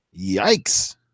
yikes